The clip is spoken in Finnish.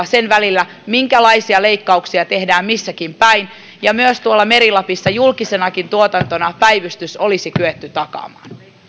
sen välillä minkälaisia leikkauksia tehdään missäkin päin ja myös tuolla meri lapissa julkisenakin tuotantona päivystys olisi kyetty takaamaan